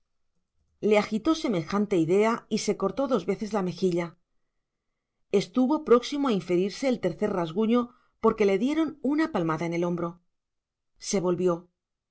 le agitó semejante idea y se cortó dos veces la mejilla estuvo próximo a inferirse el tercer rasguño porque le dieron una palmada en el hombro se volvió